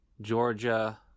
Georgia